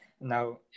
Now